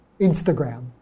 Instagram